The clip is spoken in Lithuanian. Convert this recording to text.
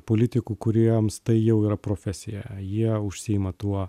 politikų kuriems tai jau yra profesija jie užsiima tuo